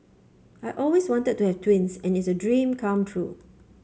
I always wanted to have twins and it's a dream come true